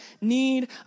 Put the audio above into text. need